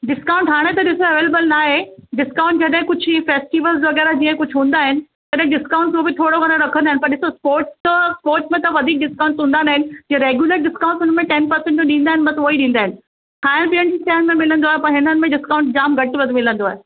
discount हाणे त ॾिस अवेलेबल नाहे डिस्काउंट जॾहिं कुझु ही फैस्टिवल्स वग़ैरह जीअं कुझु हूंदा आहिनि तॾहिं डिस्काउंट बि थोरो घणो रखंदा आहिनि पर ॾिसो स्पोर्ट्स त स्पोर्ट्स में त वधीक डिस्काउंट्स हूंदा ना इन जे रेगुलर डिस्काउंट हुन में टेन परसेंट त ॾींदा आहिनि उहो ई ॾींदा आहिनि खाइण पीअण जी शयुनि में मिलंदो आहे पर हिननि में डिस्काउंट जामु घटि वधि मिलंदो आहे